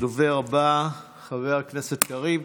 הדובר הבא, חבר הכנסת קריב.